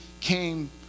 came